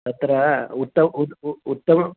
तत्र उत्तमं उत्तमम्